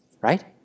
Right